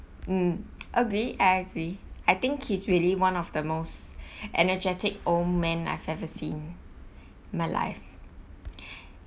mm agree I agree I think he is really one of the most energetic old man I've ever seen in my life